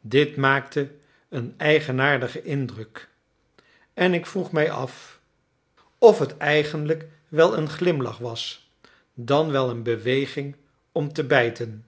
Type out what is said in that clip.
dit maakte een eigenaardigen indruk en ik vroeg mij af of het eigenlijk wel een glimlach was dan wel een beweging om te bijten